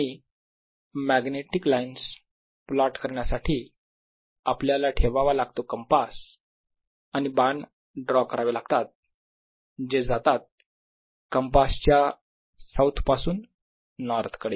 आणि magnetic lines plot करण्यासाठी आपल्याला ठेवावा लागतो कंपास आणि बाण ड्रॉ करावे लागतात जे जातात कंपास च्या साऊथ पासून नॉर्थ कडे